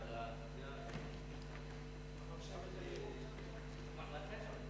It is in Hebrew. ההצעה להעביר את הצעת חוק החברות (תיקון מס' 12)